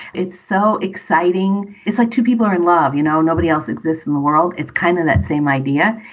it's so exciting. it's like two people are in love. you know, nobody else exists in the world. it's kind of that same idea.